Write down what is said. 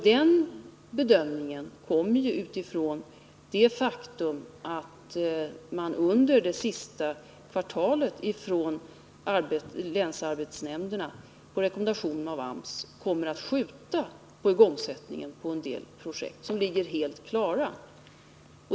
Den bedömningen gjordes utifrån det faktum att länsarbetsnämnderna på rekommendation av AMS under det sista kvartalet i år kommer att skjuta på igångsättandet av en del projekt som ligger helt klara.